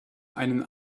einen